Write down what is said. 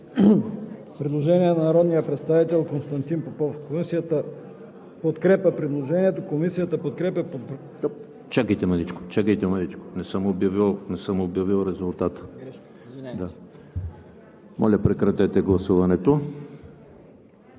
По § 19 има предложение на народния представител Константин Попов. Комисията подкрепя предложението. Комисията подкрепя